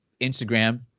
Instagram